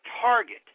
target